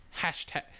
hashtag